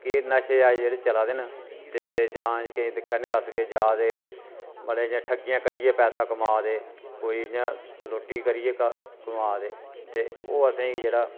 कि नशे अज्ज जेह्ड़े चलै दे न ते जां जेह्के दिक्खा ने आं अस कि जा दे मतलब इ'यां ठग्गियां करियै पैसा कमा दे कोई इ'यां लोट्टी करियै कमा दे ते ओह् असें गी जेह्ड़ा